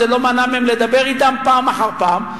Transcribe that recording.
זה לא מנע מהם לדבר אתם פעם אחר פעם.